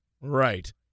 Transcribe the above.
Right